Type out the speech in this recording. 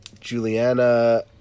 Juliana